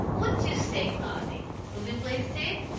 what do you say, cloudy will you play sick?